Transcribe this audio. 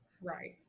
Right